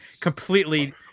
completely